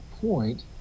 point